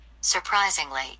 Surprisingly